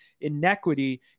inequity